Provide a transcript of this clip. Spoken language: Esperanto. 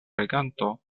reganto